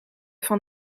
van